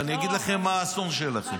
ואני אגיד לכם מה האסון שלכם -- לא,